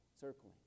circling